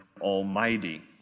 Almighty